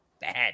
bad